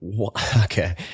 Okay